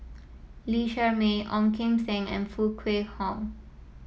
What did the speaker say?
Lee Shermay Ong Kim Seng and Foo Kwee Horng